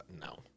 No